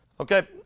Okay